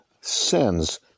sins